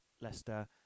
Leicester